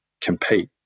compete